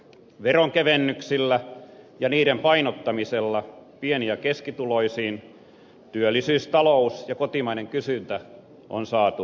veronkevennyksillä ja niiden painottamisella pieni ja keskituloisiin työllisyys talous ja kotimainen kysyntä on saatu kasvuun